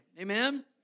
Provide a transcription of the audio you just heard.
Amen